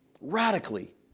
radically